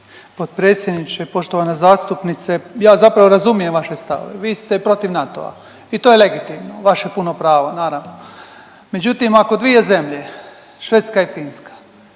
potpredsjedniče. Poštovana zastupnice ja zapravo razumijem vaše stavove, vi ste protiv NATO-a i to je legitimno, vaše puno pravo naravno. Međutim, ako dvije zemlje Švedska i Finska